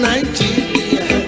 Nigeria